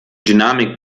dynamik